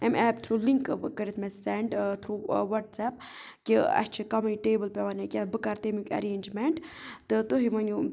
اَمہِ ایپہِ through link کٔرِتھ مےٚ سٮ۪نٛڈ تھرٛوٗ وٹسیپ کہِ اَسہِ چھِ کَمٕے ٹیبٕل پیٚوان یا کینٛہہ بہٕ کَرٕ تمیُک اَرینٛجمٮ۪نٛٹ تہٕ تُہۍ ؤنِو